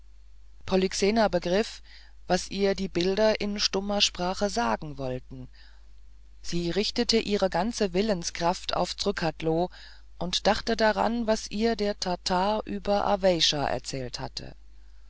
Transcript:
polyxena begriff was ihr die bilder in stummer sprache sagen wollten sie richtete ihre ganze willenskraft auf zrcadlo und dachte daran was ihr der tatar über das aweysha erzählt hatte